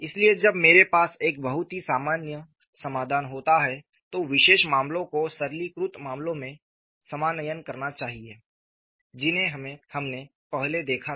इसलिए जब मेरे पास एक बहुत ही सामान्य समाधान होता है तो विशेष मामलों को सरलीकृत मामलों में समानयन करना चाहिए जिन्हें हमने पहले देखा था